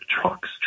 truck's